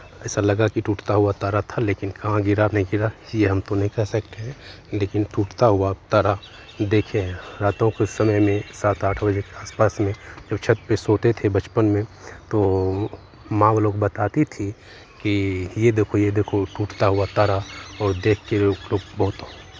ऐसा लगा की टूटता हुआ तारा था लेकिन कहाँ गिरा नहीं गिरा ये हम तो नहीं कह सकते हैं लेकिन टूटता हुआ तारा देखे हैं रातों के समय में सात आठ बजे के आस पास में जब छत पे सोते थे बचपन में तो माँ ऊ लोग बताती थी ये देखो ये देखो टूटता हुआ तारा और देख के हमलोग बहुत